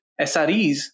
SREs